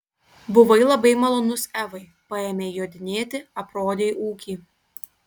buvai labai malonus evai paėmei jodinėti aprodei ūkį